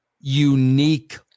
unique